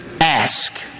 ask